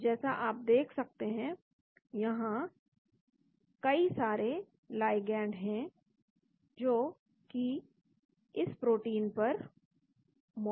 तो जैसा आप देख सकते हैं यहां कई सारे लाइगैंड हैं जो कि इस प्रोटीन पर मौजूद हैं